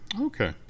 Okay